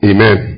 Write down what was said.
Amen